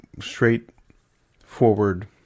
straightforward